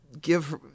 give